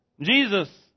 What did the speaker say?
Jesus